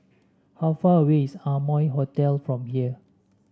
how far away is Amoy Hotel from here